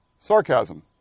sarcasm